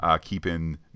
keeping